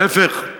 להיפך.